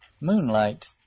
Moonlight